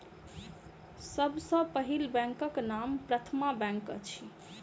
सभ सॅ पहिल बैंकक नाम प्रथमा बैंक अछि